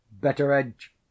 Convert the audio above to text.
Betteredge